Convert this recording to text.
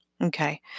Okay